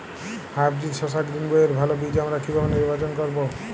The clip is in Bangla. হাইব্রিড শসা গ্রীনবইয়ের ভালো বীজ আমরা কিভাবে নির্বাচন করব?